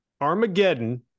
Armageddon